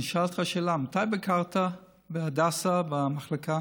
אני אשאל אותך שאלה: מתי ביקרת בהדסה במחלקה